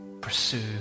pursue